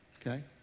okay